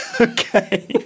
Okay